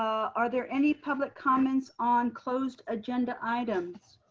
are there any public comments on closed agenda items?